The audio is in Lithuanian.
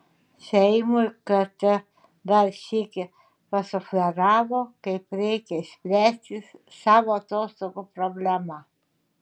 seimui kt dar sykį pasufleravo kaip reikia išspręsti savo atostogų problemą